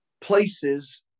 places